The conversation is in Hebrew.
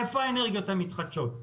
איפה האנרגיות המתחדשות?